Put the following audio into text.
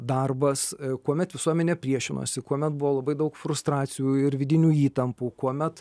darbas kuomet visuomenė priešinosi kuomet buvo labai daug frustracijų ir vidinių įtampų kuomet